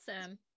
Awesome